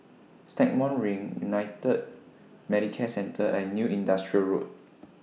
Stagmont Ring United Medicare Centre and New Industrial Road